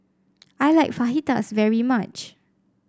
I like Fajitas very much